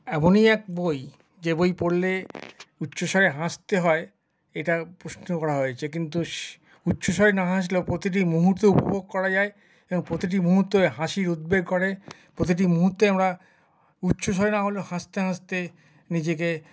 এমনই এক বই যে বই পড়লে উচ্চস্বরে হাসতে হয় এটা প্রশ্ন করা হয়েছে কিন্তু উচ্চস্বরে না হাসলেও প্রতিটি মুহূর্ত উপভোগ করা যায় এবং প্রতিটি মুহূর্ত হাসির উদ্বেগ করে প্রতিটি মুহূর্তে আমরা উচ্চস্বরে না হলেও হাসতে হাসতে নিজেকে